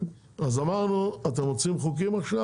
אז אמרנו אתם רוצים חוקים עכשיו?